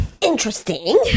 Interesting